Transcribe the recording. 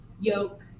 yoke